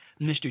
Mr